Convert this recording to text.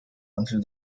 until